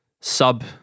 sub